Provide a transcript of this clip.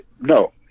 No